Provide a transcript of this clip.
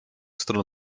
stron